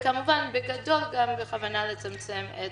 כמובן, גם בכוונה לצמצם את